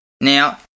Now